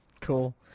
Cool